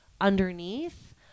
underneath